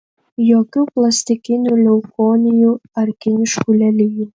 jokių plastikinių leukonijų ar kiniškų lelijų